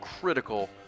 critical